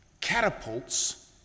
catapults